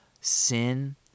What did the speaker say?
sin